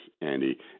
Andy